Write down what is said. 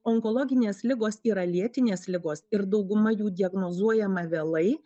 onkologinės ligos yra lėtinės ligos ir dauguma jų diagnozuojama vėlai